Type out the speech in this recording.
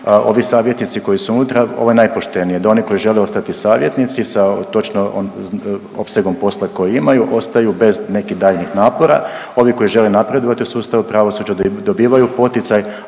ovi savjetnici koji su unutra, ovo je najpoštenije. Donekle žele ostati savjetnici sa točno opsegom posla koji imaju, ostaju bez nekih daljnjih napora, ovi koji žele napredovati u sustavu pravosuđa, dobivaju poticaj,